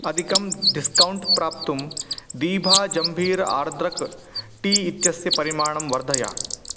अधिकं डिस्कौण्ट् प्राप्तुं दीभा जम्भीरम् आर्द्रकं टी इत्यस्य परिमाणं वर्धय